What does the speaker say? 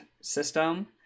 system